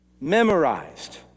memorized